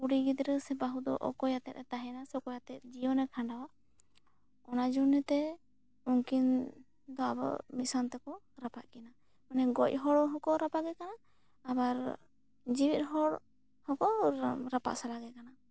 ᱠᱩᱲᱤ ᱜᱤᱫᱽᱨᱟᱹ ᱥᱮ ᱵᱟᱹᱦᱩ ᱫᱚ ᱚᱠᱚᱭᱟᱛᱮ ᱛᱟᱦᱮᱱᱟ ᱥᱮ ᱚᱠᱚᱭᱟᱛᱮ ᱡᱤᱭᱚᱱᱮ ᱠᱷᱟᱸᱰᱟᱣᱟ ᱚᱱᱟ ᱡᱚᱱᱱᱮ ᱛᱮ ᱩᱱᱠᱤᱱ ᱫᱟᱵᱚ ᱢᱤᱥᱟᱱ ᱛᱮᱠᱚ ᱨᱟᱯᱟ ᱠᱤᱱᱟᱹ ᱢᱟᱱᱮ ᱜᱚᱡ ᱦᱚᱲ ᱦᱚᱸᱠᱚ ᱨᱟᱯᱟᱜᱮ ᱠᱟᱱᱟ ᱟᱵᱟᱨ ᱡᱤᱣᱤ ᱦᱚᱲ ᱦᱚᱸᱠᱚ ᱨᱟᱯᱟ ᱥᱟᱨᱟ ᱜᱮ ᱠᱟᱱᱟ